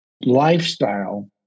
lifestyle